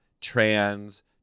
trans